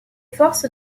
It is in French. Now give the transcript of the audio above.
forces